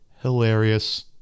Hilarious